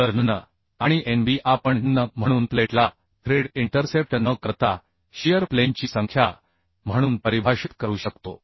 तर nn आणि nb आपण nn म्हणून प्लेटला थ्रेड इंटरसेप्ट न करता शियर प्लेनची संख्या म्हणून परिभाषित करू शकतो